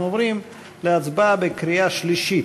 אנחנו עוברים להצבעה בקריאה שלישית.